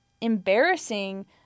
embarrassing